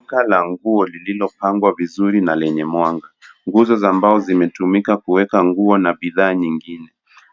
Duka la nguo lililopangwa vizuri na lenye mwanga, nguzo za mbao zimetumika kuweka nguo na bidhaa nyingine.